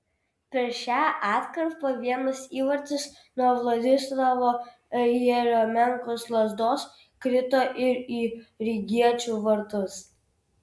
per šią atkarpą vienas įvartis nuo vladislavo jeriomenkos lazdos krito ir į rygiečių vartus